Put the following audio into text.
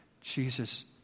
Jesus